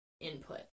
input